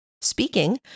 speaking